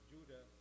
Judah